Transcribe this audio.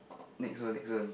next one next one